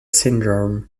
syndrome